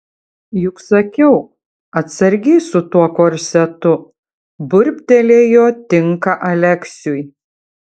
juk sakiau atsargiai su tuo korsetu burbtelėjo tinka aleksiui